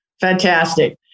Fantastic